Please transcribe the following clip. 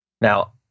Now